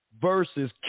versus